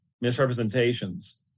misrepresentations